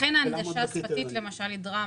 לכן ההנגשה השפתית היא דרמה.